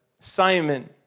Simon